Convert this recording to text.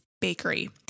Bakery